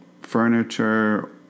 furniture